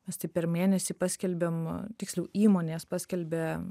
mes taip per mėnesį paskelbiam tiksliau įmonės paskelbia